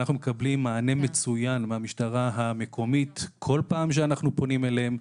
אנחנו מקבלים מענה מצוין מהמשטרה המקומית כל פעם שאנחנו פונים אליהם,